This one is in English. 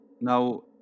Now